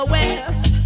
West